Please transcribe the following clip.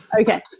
Okay